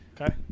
Okay